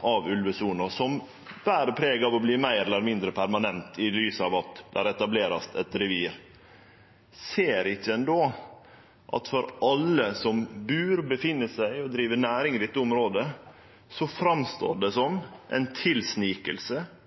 av ulvesona, som ber preg av å verte meir eller mindre permanent i lys av at det vert etablert eit revir, ser ein ikkje då at for alle som bur, oppheld seg og driv næring i dette området, framstår det som ei tilsniking